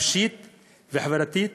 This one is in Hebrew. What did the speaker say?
נפשית וחברתית,